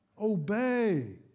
Obey